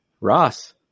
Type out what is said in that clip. Ross